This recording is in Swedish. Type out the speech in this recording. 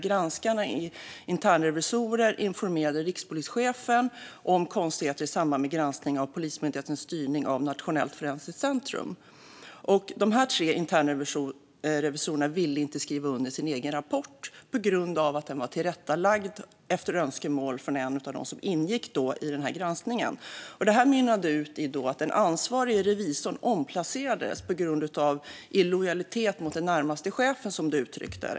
Granskarna är internrevisorer och informerade rikspolischefen om konstigheter i samband med granskning av Polismyndighetens styrning av Nationellt forensiskt centrum. De tre internrevisorerna ville inte skriva under sin egen rapport på grund av att den var tillrättalagd, efter önskemål från en av dem som ingick i granskningen. Det mynnade ut i att den ansvarige revisorn omplacerades på grund av så kallad illojalitet mot den närmaste chefen, som det uttrycktes.